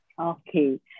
Okay